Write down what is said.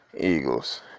Eagles